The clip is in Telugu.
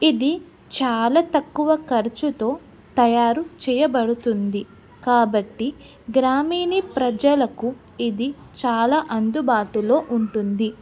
ఇది చాలా తక్కువ ఖర్చుతో తయారు చేయబడుతుంది కాబట్టి గ్రామీణ ప్రజలకు ఇది చాలా అందుబాటులో ఉంటుంది